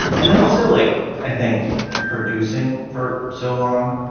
and and then also like i think producing for so long,